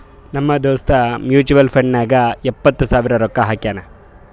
ನಮ್ ದೋಸ್ತ mutual fund ನಾಗ್ ಎಪ್ಪತ್ ಸಾವಿರ ರೊಕ್ಕಾ ಹಾಕ್ಯಾನ್